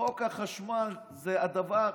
חוק החשמל זה הדבר,